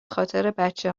خاطربچه